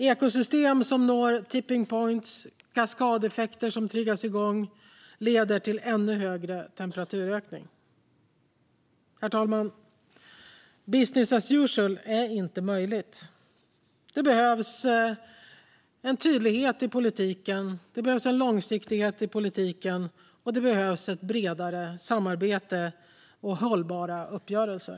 Ekosystem som når tipping points och kaskadeffekter som triggas igång leder till en ännu större temperaturökning. Herr talman! Business as usual är inte möjligt. Det behövs tydlighet och långsiktighet i politiken, och det behövs ett bredare samarbete och hållbara uppgörelser.